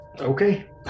Okay